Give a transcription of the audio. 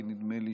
כי נדמה לי,